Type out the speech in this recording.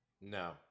No